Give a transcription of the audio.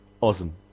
Awesome